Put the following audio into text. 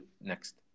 next